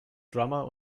drummer